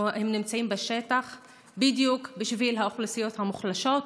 הם נמצאים בשטח בדיוק בשביל האוכלוסיות המוחלשות,